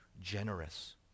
generous